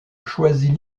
choisit